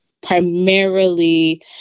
primarily